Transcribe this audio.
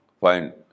find